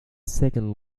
second